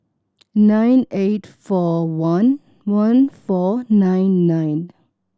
nine eight four one one four nine nine